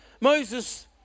Moses